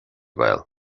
gael